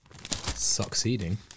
Succeeding